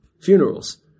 funerals